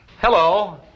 Hello